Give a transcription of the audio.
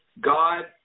God